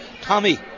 tommy